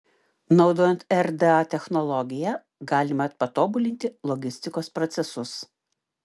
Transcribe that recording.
naudojant rda technologiją galima patobulinti logistikos procesus